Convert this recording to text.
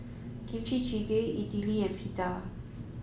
Kimchi Jjigae Idili and Pita